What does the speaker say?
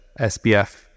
SBF